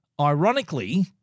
ironically